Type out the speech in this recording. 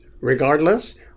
Regardless